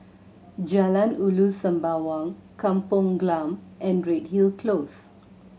Jalan Ulu Sembawang Kampong Glam and Redhill Close